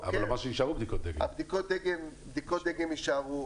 בדיקות דגם יישארו,